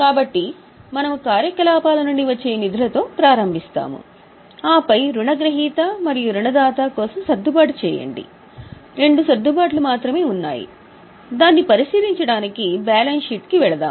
కాబట్టి మనము కార్యకలాపాల నుండి వచ్చే నిధులతో ప్రారంభిస్తాము ఆపై రుణగ్రహీత మరియు రుణదాత కోసం సర్దుబాటు చేయండి రెండు సర్దుబాట్లు మాత్రమే ఉన్నాయి దాన్ని పరిశీలించడానికి బ్యాలెన్స్ షీట్కు వెళ్దాం